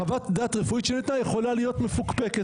לכן חוות הדעת הרפואית שניתנה יכולה להיות מפוקפקת.